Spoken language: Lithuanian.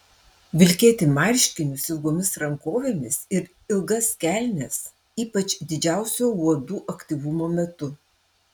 vilkėti marškinius ilgomis rankovėmis ir ilgas kelnes ypač didžiausio uodų aktyvumo metu